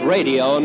Radio